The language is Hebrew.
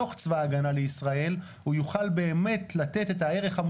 לתוך סיטואציה שלוע הארי זה תיאור עדין בשבילה,